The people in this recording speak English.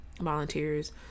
volunteers